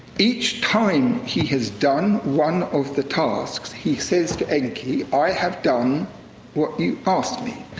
each time he has done one of the tasks, he says to enki, i have done what you asked me.